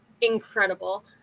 incredible